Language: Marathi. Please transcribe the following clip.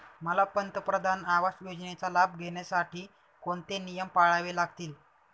मला पंतप्रधान आवास योजनेचा लाभ घेण्यासाठी कोणते नियम पाळावे लागतील?